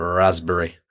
raspberry